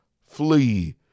Flee